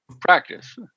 practice